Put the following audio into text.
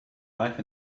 life